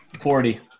forty